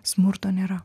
smurto nėra